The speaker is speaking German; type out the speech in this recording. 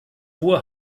hohe